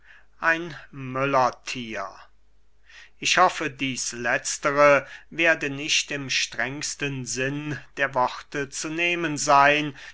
ich hoffe dieß letztere werde nicht im strengsten sinn der worte zu nehmen seyn